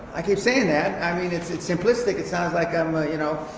i keep saying that. i mean, it's it's simplistic. it sounds like, i um ah you know